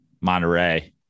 monterey